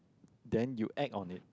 then you act on it